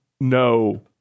no